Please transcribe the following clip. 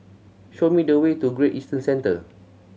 show me the way to Great Eastern Centre